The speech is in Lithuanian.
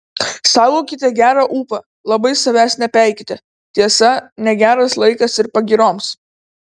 saugokite gerą ūpą labai savęs nepeikite tiesa negeras laikas ir pagyroms